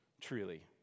truly